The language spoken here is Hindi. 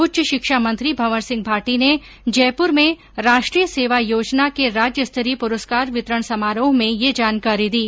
उच्च शिक्षा मंत्री भंवर सिंह भाटी ने जयपुर में राष्ट्रीय सेवा योजना के राज्य स्तरीय पुरस्कार वितरण समारोह में ये जानकारी दी